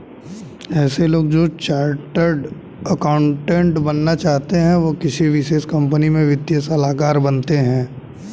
ऐसे लोग जो चार्टर्ड अकाउन्टन्ट बनना चाहते है वो किसी विशेष कंपनी में वित्तीय सलाहकार बनते हैं